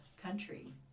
country